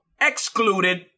Excluded